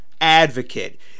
advocate